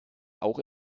auch